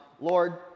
lord